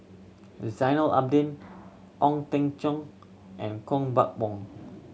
Zainal Abidin Ong Teng Cheong and Koh Buck